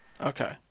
Okay